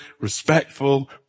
respectful